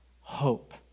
hope